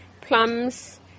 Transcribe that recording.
plums